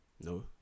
No